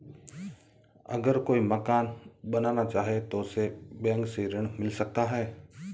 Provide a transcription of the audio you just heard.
अगर कोई मकान बनाना चाहे तो उसे बैंक से ऋण मिल सकता है?